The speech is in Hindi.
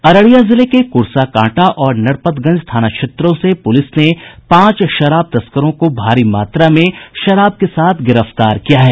अररिया जिले के कुर्साकांटा और नरपतगंज थाना क्षेत्रों से पुलिस ने पांच शराब तस्करों को भारी मात्रा में शराब के साथ गिरफ्तार किया है